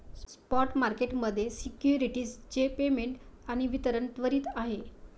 spot market मध्ये securities चे payment आणि वितरण त्वरित आहे